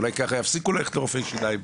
אולי ככה יפסיקו ללכת לרופאי שיניים.